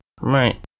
Right